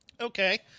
okay